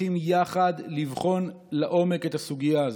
צריכים יחד לבחון לעומק את הסוגיה הזאת.